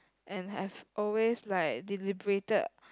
and have always like deliberated